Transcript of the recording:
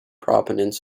proponents